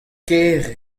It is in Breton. ker